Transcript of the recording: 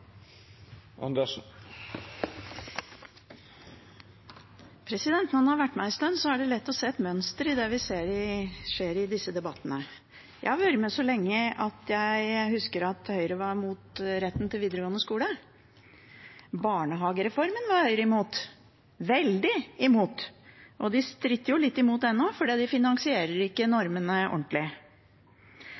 det. Når en har vært med en stund, er det lett å se et mønster i det vi ser skjer i disse debattene. Jeg har vært med så lenge at jeg husker at Høyre var mot retten til videregående skole. Barnehagereformen var Høyre imot – veldig imot – og de stritter litt imot